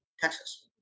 Texas